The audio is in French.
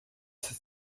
sept